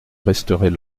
resterait